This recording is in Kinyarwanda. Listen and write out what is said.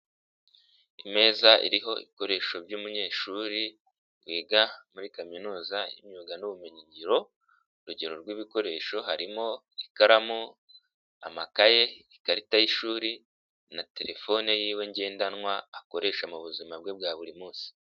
Imeza iriho ibikoresho by'umunyeshuri wiga muri kaminuza y'imyuga n'ubumenyingiro, urugero rw'ibikoresho harimo ikaramu, amakaye ikarita y'ishuri na terefone yiwe ngendanwa, akoreshwa mu buzima bwe bwa buri munsi.